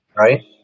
Right